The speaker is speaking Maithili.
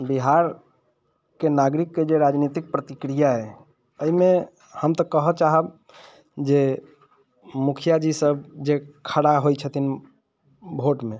बिहारके नागरिकके जे राजनीतिक प्रतिक्रिया अइ एहिमे हम तऽ कहऽ चाहब जे मुखिआजी सब जे खड़ा होइत छथिन भोटमे